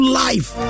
life